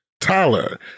Tyler